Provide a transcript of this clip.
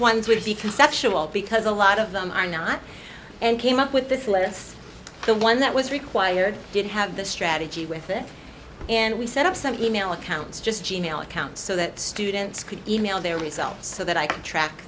ones would be conceptual because a lot of them are not and came up with this list the one that was required didn't have the strategy with it and we set up some email accounts just g mail accounts so that students could email their results so that i could track